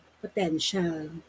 Potential